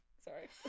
Sorry